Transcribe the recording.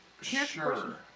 Sure